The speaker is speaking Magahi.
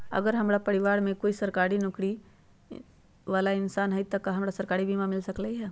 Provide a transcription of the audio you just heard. अगर हमरा परिवार में कोई सरकारी नौकरी बाला इंसान हई त हमरा सरकारी बीमा मिल सकलई ह?